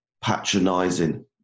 patronizing